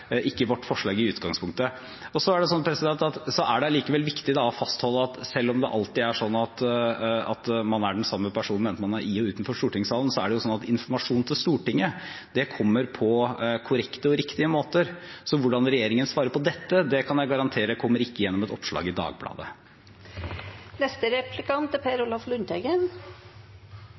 er da ikke vårt forslag i utgangspunktet. Likevel er det viktig å fastholde at selv om det alltid er sånn at man er den samme personen, enten man er i eller utenfor stortingssalen, kommer informasjon til Stortinget alltid på korrekte og riktige måter. Så hvordan regjeringen svarer på dette, kan jeg garantere at ikke kommer gjennom et oppslag i Dagbladet.